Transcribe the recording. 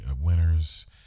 winners